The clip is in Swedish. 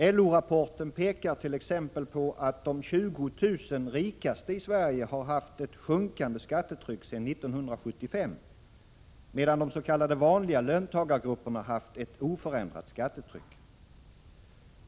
I LO rapporten pekar man t.ex. på att de 20 000 rikaste i Sverige haft ett sjunkande skattetryck sedan 1975, medan de s.k. vanliga löntagargrupperna haft ett oförändrat skattetryck.